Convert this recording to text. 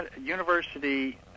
university